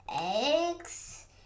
eggs